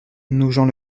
nogent